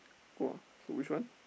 !woah! so which one